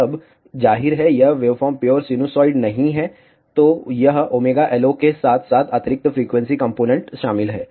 अब जाहिर है यह वेवफॉर्म प्योर सिनुसाइड नहीं है तो यह ωLO के साथ साथ अतिरिक्त फ्रीक्वेंसी कंपोनेंट शामिल है